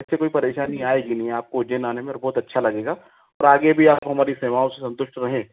वैसे कोई परेशानी आएगी नहीं आपको उज्जैन आने में और बहुत अच्छा लगेगा और आगे भी आप हमारी सेवाओं से संतुष्ट रहें